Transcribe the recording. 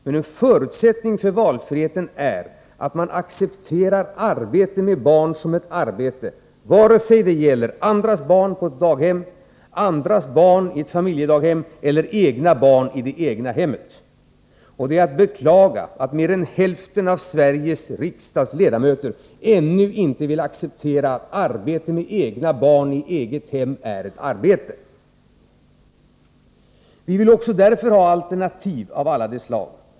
Men en förutsättning för valfriheten är att man accepterar arbete med barn som ett arbete, vare sig det gäller andras barn på ett daghem, andras barn i ett familjedaghem eller egna barn i det egna hemmet. Det är att beklaga att mer än hälften av den svenska riksdagens ledamöter ännu inte vill acceptera att arbete med egna barn i det egna hemmet är ett arbete. Vi vill ha alternativ av alla slag.